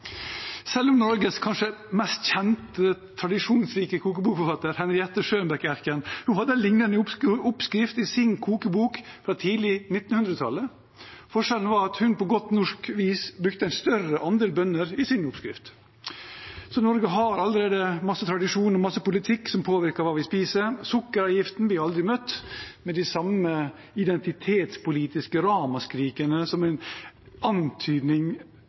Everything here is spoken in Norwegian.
selv om Norges kanskje mest kjente, tradisjonsrike kokebokforfatter, Henriette Schønberg Erken, hadde en lignende oppskrift i sin kokebok fra tidlig på 1900-tallet. Forskjellen var at hun, på godt norsk vis, brukte en større andel bønner i sin oppskrift. Så Norge har allerede mange tradisjoner og mye politikk som påvirker hva vi spiser. Sukkeravgiften blir aldri møtt med de samme identitetspolitiske ramaskrikene som en antydning